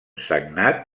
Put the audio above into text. sagnat